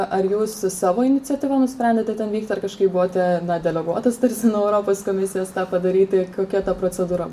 ar jūs savo iniciatyva nusprendėte ten vykti ar kažkaip buvote na deleguotas tarsi nuo europos komisijos tą padaryti kokia ta procedūra